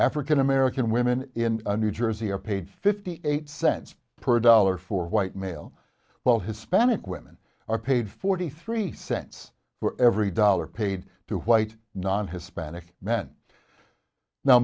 african american women in new jersey are paid fifty eight cents per dollar for white male while hispanic women are paid forty three cents for every dollar paid to white non hispanic men now